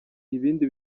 ibindi